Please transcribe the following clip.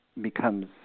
becomes